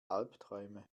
albträume